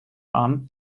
arm